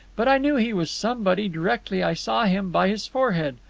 but i knew he was somebody, directly i saw him, by his forehead.